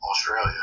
Australia